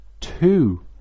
two